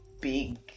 big